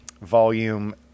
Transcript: volume